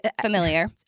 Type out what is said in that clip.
familiar